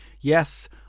yes